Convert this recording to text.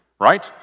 Right